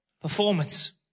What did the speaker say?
performance